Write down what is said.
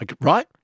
right